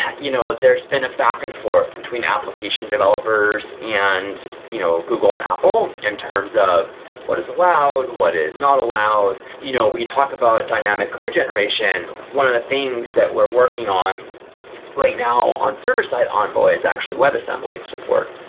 you know there's been a back-and-forth between application developers and you know google and apple in terms of what is allowed. what is not allowed? you know when you talk about dynamic code generation, one of the things that we're working on right now on server-side envoy is actually web assembly support,